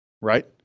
right